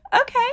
Okay